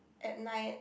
at night